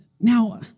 Now